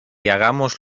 hagamos